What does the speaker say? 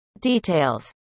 details